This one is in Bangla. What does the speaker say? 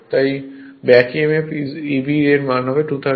তাই ব্যাক Emf Eb এর মান হবে 230 15